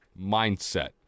mindset